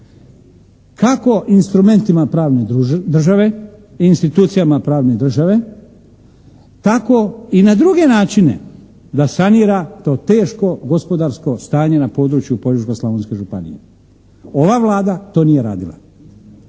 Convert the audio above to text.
Kako instrumentima pravne države i institucijama pravne države tako i na druge načine da sanira to teško gospodarsko stanje na području Požeško-Slavonske županije. Ova Vlada to nije radila.